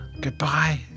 Goodbye